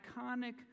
iconic